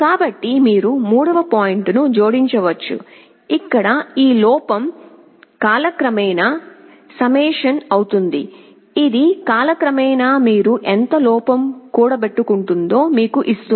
కాబట్టి మీరు మూడవ పాయింట్ను జోడించవచ్చు ఇక్కడ ఈ లోపం కాలక్రమేణా సమ్మషన్ అవుతుంది ఇది కాలక్రమేణా మీరు ఎంత లోపం కూడబెట్టుకుంటుందో మీకు ఇస్తుంది